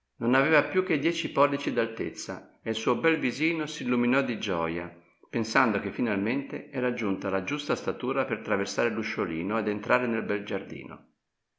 non aveva più che dieci pollici d'altezza e il suo bel visino s'illuminò di gioja pensando che finalmente era giunta alla giusta statura per traversare l'usciolino ed entrare nel bel giardino